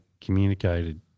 communicated